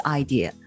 idea